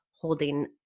holding